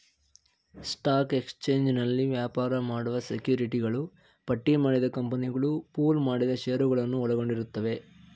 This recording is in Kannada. ಸ್ಟಾಕ್ ಎಕ್ಸ್ಚೇಂಜ್ನಲ್ಲಿ ವ್ಯಾಪಾರ ಮಾಡುವ ಸೆಕ್ಯುರಿಟಿಗಳು ಪಟ್ಟಿಮಾಡಿದ ಕಂಪನಿಗಳು ಪೂಲ್ ಮಾಡಿದ ಶೇರುಗಳನ್ನ ಒಳಗೊಂಡಿರುತ್ತವೆ